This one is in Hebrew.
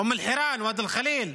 אום אל-חיראן, ואדי חליל,